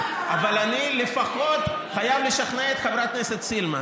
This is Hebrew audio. אבל אני לפחות חייב לשכנע את חברת הכנסת סילמן.